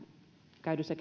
käydyissä